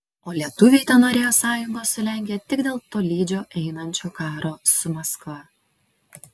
o lietuviai tenorėjo sąjungos su lenkija tik dėl tolydžio einančio karo su maskva